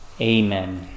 Amen